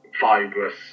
fibrous